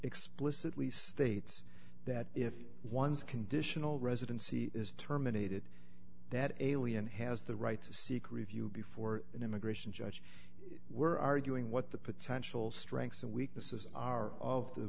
explicitly states that if one's conditional residency is terminated that alien has the right to seek review before an immigration judge were arguing what the potential strengths and weaknesses are of the